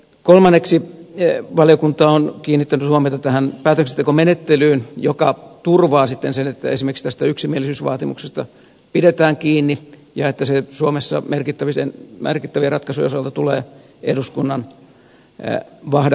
kolmanneksi valiokunta on kiinnittänyt huomiota tähän päätöksentekomenettelyyn joka turvaa sitten sen että esimerkiksi tästä yksimielisyysvaatimuksesta pidetään kiinni ja että se suomessa merkittävien ratkaisujen osalta tulee eduskunnan vahdattavaksi